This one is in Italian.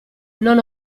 non